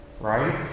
Right